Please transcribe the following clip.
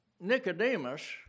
Nicodemus